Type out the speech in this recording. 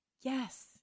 yes